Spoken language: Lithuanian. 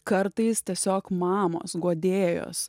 kartais tiesiog mamos guodėjos